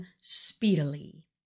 speedily